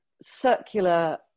circular